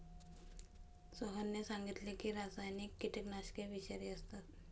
सोहनने सांगितले की रासायनिक कीटकनाशके विषारी असतात